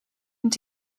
and